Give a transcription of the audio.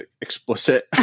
explicit